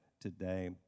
today